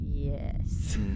Yes